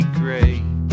great